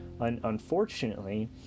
Unfortunately